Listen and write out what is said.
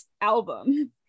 album